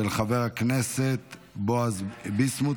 של חברי הכנסת בועז ביסמוט